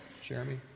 Jeremy